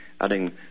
adding